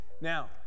Now